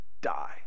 die